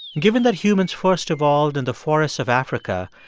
given that humans first evolved in the forests of africa,